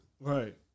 Right